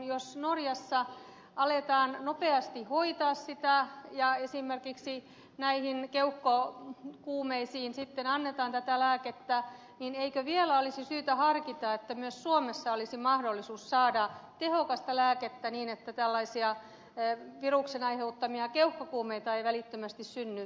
jos norjassa aletaan nopeasti hoitaa sitä ja esimerkiksi näihin keuhkokuumeisiin sitten annetaan tätä lääkettä niin eikö vielä olisi syytä harkita että myös suomessa olisi mahdollisuus saada tehokasta lääkettä niin että tällaisia viruksen aiheuttamia keuhkokuumeita ei välittömästi synny